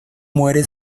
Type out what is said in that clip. muere